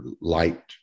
light